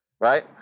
Right